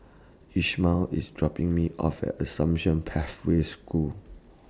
Ishmael IS dropping Me off At Assumption Pathway School